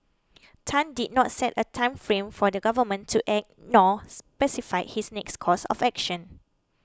Tan did not set a time frame for the government to act nor specified his next course of action